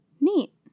Neat